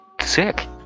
sick